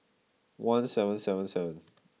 one seven seven seven